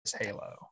Halo